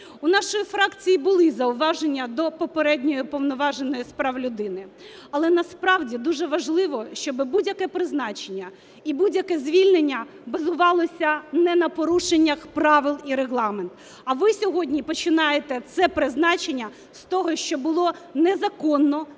У нашої фракції були зауваження до попередньої Уповноваженої з прав людини, але насправді дуже важливо, щоби будь-яке призначення і будь-яке звільнення базувалося не на порушеннях правил і регламентів. А ви сьогодні починаєте це призначення з того, що було незаконно